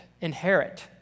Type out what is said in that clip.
inherit